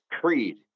Creed